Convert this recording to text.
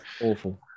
Awful